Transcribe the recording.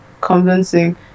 convincing